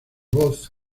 voz